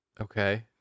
Okay